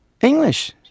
English